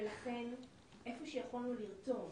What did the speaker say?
ולכן איפה שיכולנו לרתום,